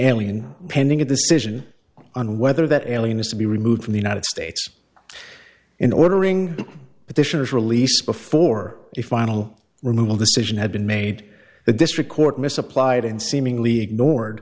alien pending a decision on whether that allen is to be removed from the united states in ordering but this release before the final removal decision had been made the district court misapplied and seemingly ignored